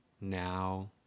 now